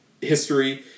history